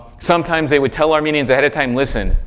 sometimes they would tell armenians ahead of time, listen,